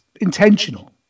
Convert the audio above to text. intentional